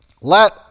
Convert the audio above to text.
Let